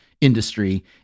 industry